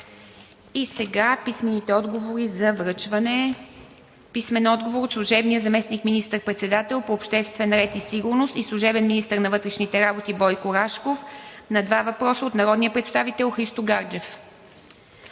г. Писмени отговори за връчване от: - служебния министър-председател по обществения ред и сигурност и служебен министър на вътрешните работи Бойко Рашков на два въпроса от народния представител Христо Гаджев;